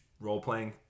role-playing